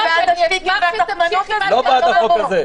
לא בעד החוק הזה.